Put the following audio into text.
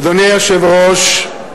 אדוני היושב-ראש,